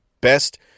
best